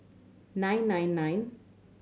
nine nine nine